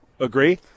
Agree